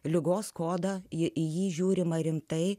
ligos kodą į jį žiūrima rimtai